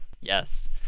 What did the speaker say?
yes